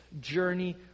journey